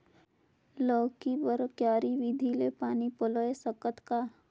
लौकी बर क्यारी विधि ले पानी पलोय सकत का?